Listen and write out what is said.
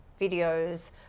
videos